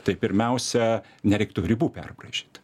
tai pirmiausia nereiktų ribų perbraižyt